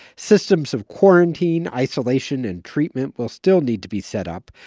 systems of quarantine, isolation and treatment will still need to be set up.